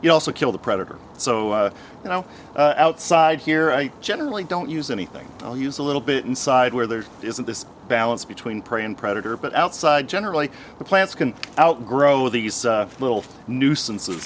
you also kill the predator so you know outside here i generally don't use anything i'll use a little bit inside where there isn't this balance between prey and predator but outside generally the plants can outgrow these little nuisance of